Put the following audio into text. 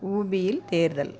உபியில் தேர்தல்